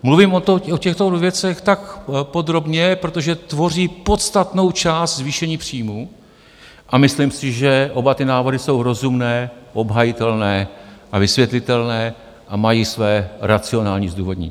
Mluvím o těchto věcech tak podrobně, protože tvoří podstatnou část zvýšení příjmů a myslím si, že oba ty návrhy jsou rozumné, obhajitelné a vysvětlitelné a mají své racionální zdůvodnění.